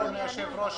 אדוני היושב-ראש,